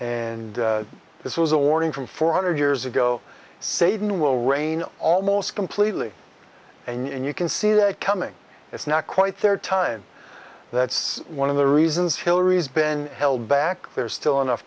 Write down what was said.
god and this was a warning from four hundred years ago satan will reign almost completely and you can see that coming it's not quite there time that's one of the reasons hillary's been held back there's still enough